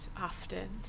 often